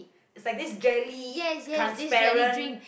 is like this jelly transparent